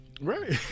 Right